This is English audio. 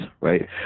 right